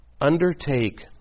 Undertake